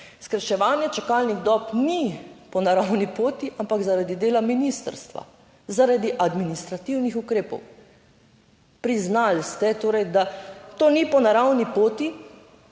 skrajševanje čakalnih dob ni po naravni poti, ampak zaradi dela ministrstva, zaradi administrativnih ukrepov. Priznali ste torej, da to ni po naravni poti,